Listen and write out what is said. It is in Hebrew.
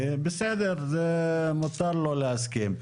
ובסדר, זה מותר לא להסכים.